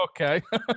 okay